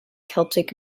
celtic